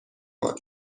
ماند